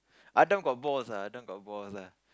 Adam got balls ah Adam got balls lah